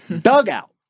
Dugout